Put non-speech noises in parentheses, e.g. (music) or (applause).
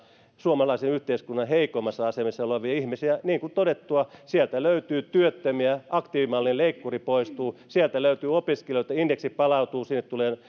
suomalaisen yhteiskunnan heikoimmassa asemassa olevien ihmisten tilannetta niin kuin todettua sieltä löytyy työttömiä aktiivimallin leikkuri poistuu sieltä löytyy opiskelijoita indeksi palautuu ja sinne tulee (unintelligible)